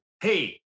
hey